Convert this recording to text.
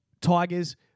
Tigers